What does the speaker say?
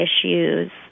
issues